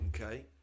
Okay